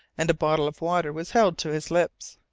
and a bottle of water was held to his lips.